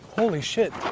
holy shit